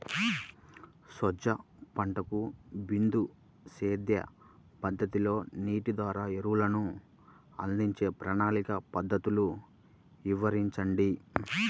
సజ్జ పంటకు బిందు సేద్య పద్ధతిలో నీటి ద్వారా ఎరువులను అందించే ప్రణాళిక పద్ధతులు వివరించండి?